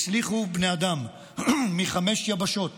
הצליחו בני האדם מחמש יבשות